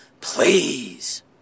Please